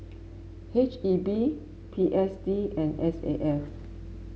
H E B P S D and S A F